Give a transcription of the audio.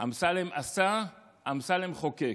אמסלם עשה, אמסלם חוקק.